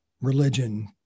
religion